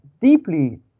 deeply